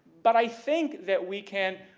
but i think that we can